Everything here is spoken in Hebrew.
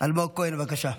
אלמוג כהן, בבקשה,